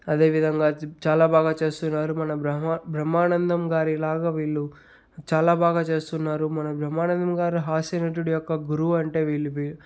అదే విధంగా చాలా బాగా చేస్తున్నారు మన బ్రహ్మా బ్రహ్మానందం గారిలాగా వీళ్ళు చాలా బాగా చేస్తున్నారు మన బ్రహ్మానందం గారు హాస్యనటుడు యొక్క గురువు అంటే వీళ్ళు వీ